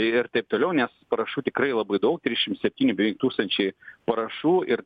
ir taip toliau nes parašų tikrai labai daug trisdešim septyni beveik tūkstančiai parašų ir